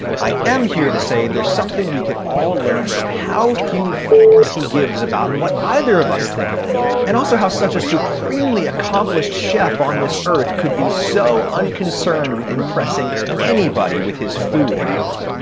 i am here to say there's something we could all learn from how few and s he gives about what either of us thinks of him and also how such a supremely accomplished chef on this earth could be so unconcerned with impressing anybody with his food anymore.